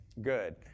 good